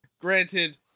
Granted